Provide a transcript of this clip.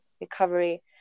recovery